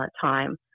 time